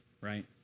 right